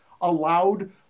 allowed